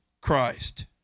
Christ